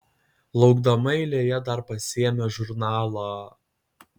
laukdama eilėje dar pasiėmė žurnalą